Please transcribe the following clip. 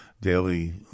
daily